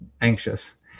anxious